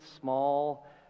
small